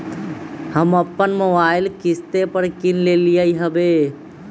हम अप्पन मोबाइल किस्ते पर किन लेलियइ ह्बे